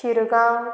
Shirgaon